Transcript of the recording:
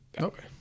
Okay